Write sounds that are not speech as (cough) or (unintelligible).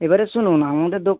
এবারে শুনুন আমাদের (unintelligible)